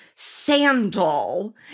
sandal